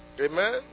Amen